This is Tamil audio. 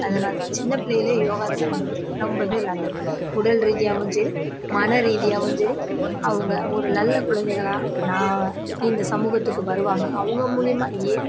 அதனால சின்ன பிள்ளைலையே யோகா பண்ணுறது ரொம்ப நல்லது உடல் ரீதியாகவும் சரி மன ரீதியாகவும் சரி அவங்க ஒரு நல்ல குழந்தைகளாக நான் இந்த சமூகத்துக்கு வருவாங்க அவங்க மூலிமா